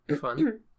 Fun